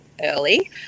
early